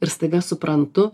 ir staiga suprantu